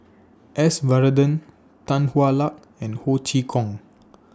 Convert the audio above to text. S Varathan Tan Hwa Luck and Ho Chee Kong